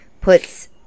puts